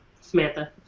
Samantha